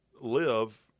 live